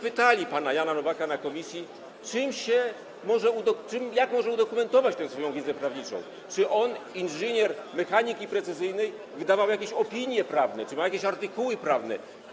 Pytaliśmy pana Jana Nowaka na posiedzeniu komisji, jak może udokumentować swoją wiedzę prawniczą, czy on, inżynier mechaniki precyzyjnej, wydawał jakieś opinie prawne, czy ma jakieś artykuły prawne.